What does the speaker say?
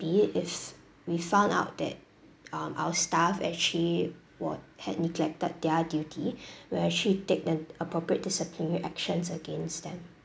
be if we found out that um our staff actually were had neglected their duty we'll actually take the appropriate disciplinary actions against them